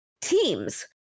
teams